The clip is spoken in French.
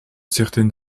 certaine